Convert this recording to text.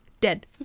Dead